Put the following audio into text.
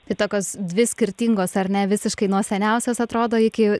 tai tokios dvi skirtingos ar ne visiškai nuo seniausios atrodo iki